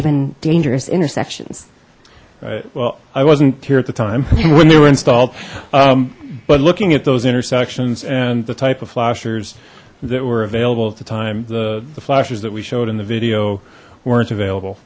even dangerous intersections well i wasn't here at the time when they were installed but looking at those intersections and the type of flashers that were available at the time the the flashes that we showed in the video weren't available